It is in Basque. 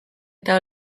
eta